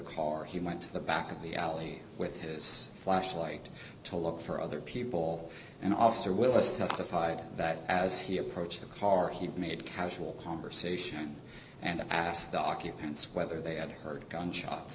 car he might to the back of the alley with his flashlight to look for other people and officer willis testified that as he approached the car he made casual conversation and asked the occupants whether they had heard gunshots